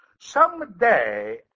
someday